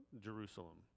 Jerusalem